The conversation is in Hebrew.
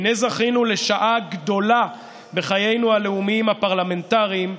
הינה זכינו לשעה גדולה בחיינו הלאומיים הפרלמנטריים,